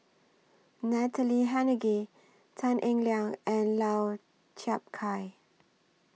Natalie Hennedige Tan Eng Liang and Lau Chiap Khai